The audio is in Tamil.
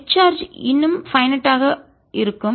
நெட் சார்ஜ் இன்னும் பைன் நட் ஆக வரையறுக்கப்பட்டது இருக்கும்